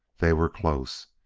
they were close,